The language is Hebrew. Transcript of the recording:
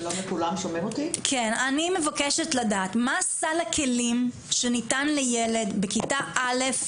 אני מבקשת לדעת מה סל הכלים שניתן לילד בכיתה א',